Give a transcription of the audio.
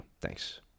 Thanks